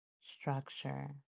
structure